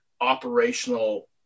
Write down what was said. operational